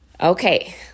Okay